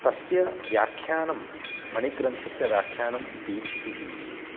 तस्य व्याख्यानं मणिग्रन्थस्य व्याख्यानं दीधितिः इति